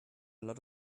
lot